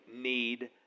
need